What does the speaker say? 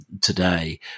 today